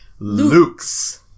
Lukes